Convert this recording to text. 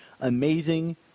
Amazing